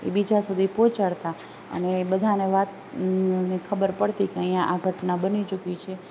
બીજા સુધી પહોંચાડતાં અને બધાંને ખબર પડતી કે અહીં આ ઘટના બની ચૂકી છે